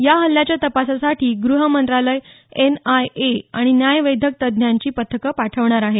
या हल्ल्याच्या तपासासाठी गृहमंत्रालय एनआयए आणि न्यायवैद्यक तज्ञांची पथकं पाठवणार आहे